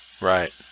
Right